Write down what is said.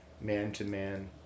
man-to-man